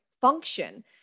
function